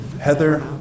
Heather